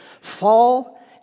fall